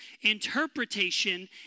interpretation